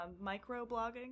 micro-blogging